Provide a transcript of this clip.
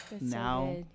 now